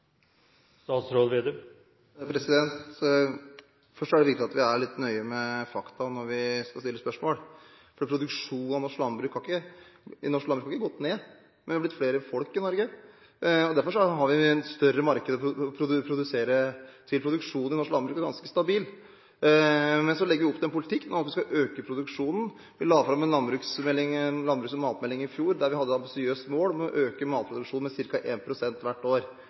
stille spørsmål. Produksjonen i norsk landbruk har ikke gått ned, men det har blitt flere folk i Norge. Derfor har vi et større marked å produsere til. Produksjonen i norsk landbruk er ganske stabil, men vi legger opp til en politikk der vi skal øke produksjonen. Vi la i fjor fram en landbruks- og matmelding, der vi hadde et ambisiøst mål om å øke matproduksjonen med ca. 1 pst. hvert år.